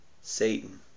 Satan